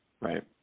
Right